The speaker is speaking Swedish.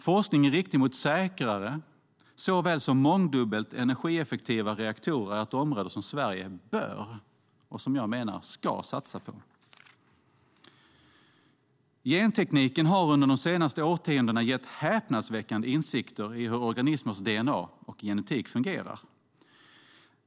Forskning i riktning mot såväl säkrare som mångdubbelt energieffektivare reaktorer är ett område som Sverige bör och, menar jag, ska satsa på. Det tredje området, gentekniken, har under de senaste årtiondena gett häpnadsväckande insikter i hur organismers dna och genetik fungerar.